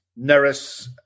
Neris